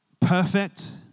perfect